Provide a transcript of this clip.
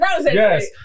yes